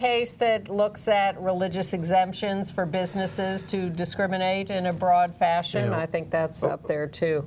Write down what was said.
case that look sat religious exemptions for businesses to discriminate in a broad fashion and i think that's up there to